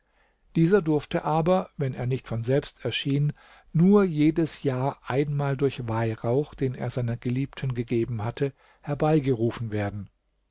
dieser durfte aber wenn er nicht von selbst erschien nur jedes jahr einmal durch weihrauch den er seiner geliebten gegeben hatte herbeigerufen werden